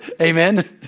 Amen